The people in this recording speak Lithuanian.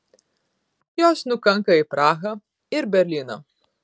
jos nukanka į prahą ir berlyną